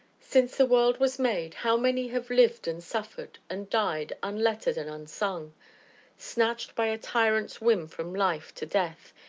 since the world was made, how many have lived and suffered, and died, unlettered and unsung snatched by a tyrant's whim from life to death,